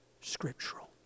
scriptural